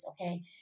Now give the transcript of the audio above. okay